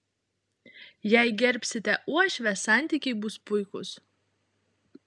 jei gerbsite uošvę santykiai bus puikūs